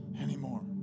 anymore